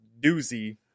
doozy